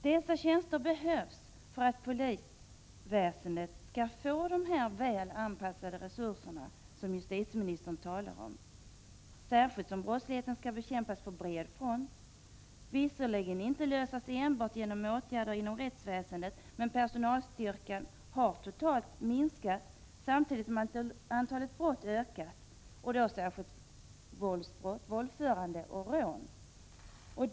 De föreslagna tjänsterna behövs för att polisväsendet skall få de väl anpassade resurser som justitieministern talar om — särskilt som brottsligheten skall bekämpas på bred front. Visserligen kan frågan inte lösas enbart genom att åtgärder vidtas inom rättsväsendet. Men personalstyrkan har totalt sett minskat samtidigt som antalet brott har ökat. Det gäller särskilt våldsbrott, våldförande och rån.